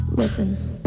Listen